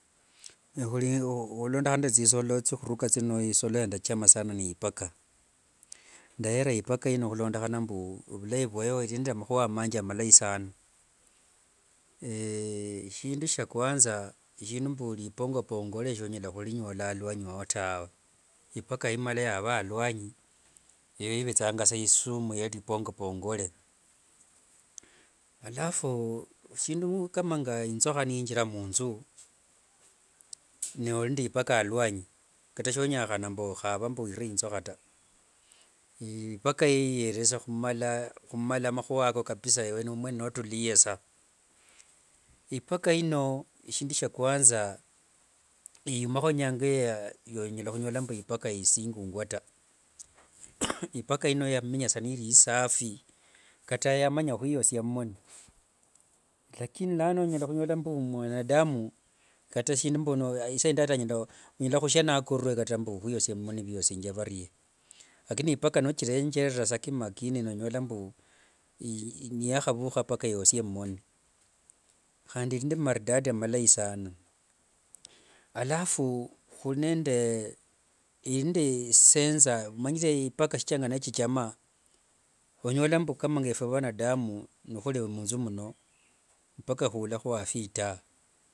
Ohulondohana nde tsisolo tsya huruka tsino, isolo yandachama saana ni ipaka. Ndaheera ipaka ino hulondokhana mbu ovulayi vwaiyo iri nde amahua manji amalayi saana. eshindu shya kwanza eshindu mbu ripongapongole shonyala hurinyola alwanyi wawo tawe, ipaka imala yaava alwanyi eyo ivetsanga sa isumu ye ripongapongole. Alafu shindu kama nge inzuha neyiingira munzu nori nde ipaka alwanyi, kata sonyahana mbu ohave wiire inzuha ta, ipaka eyo iyerere humala mahua ako yewe mwene notuliye sa. Ipaka ino eshindu shia kwanza iyuumao inyanga yoonyala ohunyola mbu ipaka isingungwa ta, ipaka ino yameenya sa niiri isafi, ata yamanya ohwiyoosia omumoni, lakini lano onyala hunyola mbu mwanadamu kata shindu mbu isaindi vunyala hushia nakorerwe mbu ohwiyoosia omumoni veyoosingya varie, lakini ipaka nochirengerera sa kimakini nonyoola mbu nitahavuuha mpaka yoosie mumoni, handi iri namaridadi malayi saaana. Alafu huri nende, iri nde sensor, omanyire ipaka shichiranga nechijama. Onyola mbu kama efwe vanadamu nihuri munzu muno, mpaka huula huwafye itaaa.